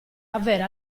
avere